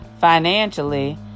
financially